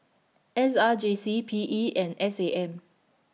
S R J C P E and S A M